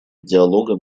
диалога